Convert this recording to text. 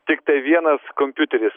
tiktai vienas kompiuteris